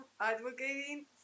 advocating